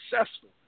successful